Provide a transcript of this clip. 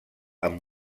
amb